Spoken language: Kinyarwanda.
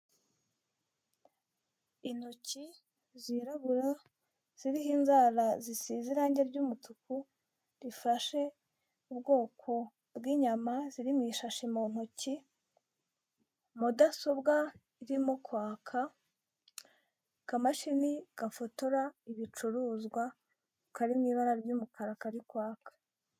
Intoki zirabura ziriho inzara zisize irangi ry'umutuku rifashe ubwoko bw'inyama ziri mu ishashi mu ntoki, mudasobwa irimo kwaka aka mashini gafotora ibicuruzwa kari mu ibara ry'umukara kari kwaka.